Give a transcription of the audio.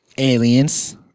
Aliens